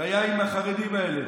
זה היה עם החרדים האלה,